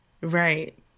Right